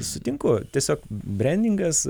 sutinku tiesiog brendingas